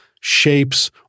shapes